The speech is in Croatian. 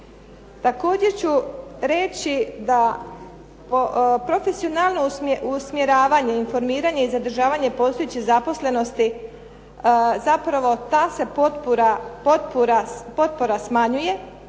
Također ću reći da profesionalno usmjeravanje i informiranje i zadržavanje postojeće zaposlenosti, zapravo ta se potpora smanjuje,